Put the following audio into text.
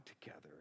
together